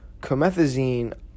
comethazine